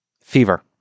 Fever